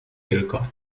tylko